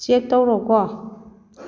check ꯇꯧꯔꯣꯀꯣ